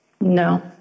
No